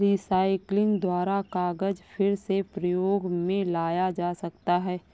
recycling द्वारा कागज फिर से प्रयोग मे लाया जा सकता है